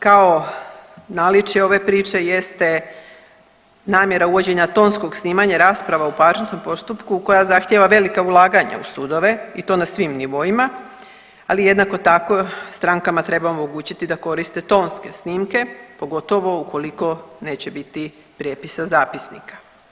Kao naličje ove priče jeste namjera uvođenja tonskog snimanja rasprava u parničnom postupku koja zahtjeva velika ulaganja u sudove i to na svim nivoima, ali jednako tako strankama treba omogućiti da koriste tonske snimke pogotovo ukoliko neće biti prijepisa zapisnika.